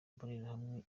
mbonerahamwe